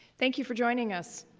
thank you for joining us,